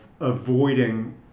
avoiding